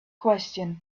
question